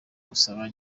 gusaba